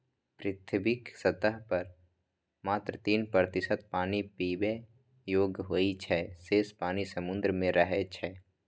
पृथ्वीक सतह पर मात्र तीन प्रतिशत पानि पीबै योग्य होइ छै, शेष पानि समुद्र मे रहै छै